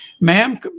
Ma'am